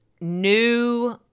new